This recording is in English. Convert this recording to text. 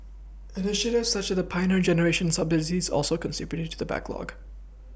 initiatives such as the Pioneer generation subsidies also contributed to the backlog